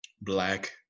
black